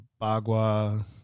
Bagua